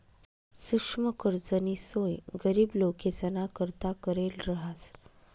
सुक्ष्म कर्जनी सोय गरीब लोकेसना करता करेल रहास